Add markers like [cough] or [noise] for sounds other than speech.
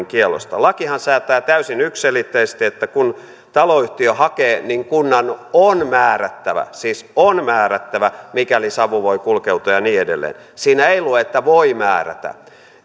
[unintelligible] kiellosta lakihan säätää täysin yksiselitteisesti että kun taloyhtiö hakee niin kunnan on määrättävä siis on määrättävä mikäli savu voi kulkeutua ja niin edelleen siinä ei lue että voi määrätä